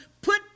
put